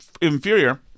inferior